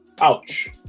Ouch